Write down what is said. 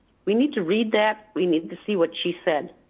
we need to read that, we need to see what she said.